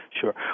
sure